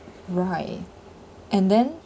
right and then